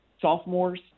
sophomores